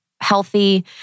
healthy